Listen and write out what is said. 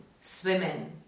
swimming